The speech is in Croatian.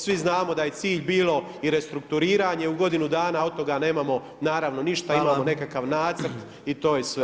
Svi znamo da je cilj bilo i restrukturiranje u godinu dana, a od toga nemamo naravno ništa imamo nekakav nacrt i to je sve.